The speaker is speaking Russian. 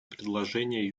предложение